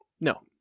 No